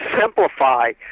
simplify